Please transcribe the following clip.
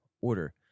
order